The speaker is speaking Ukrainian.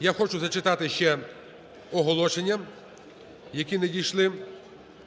Я хочу зачитати ще оголошення, які надійшли в